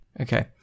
Okay